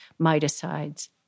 miticides